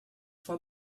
for